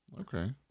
Okay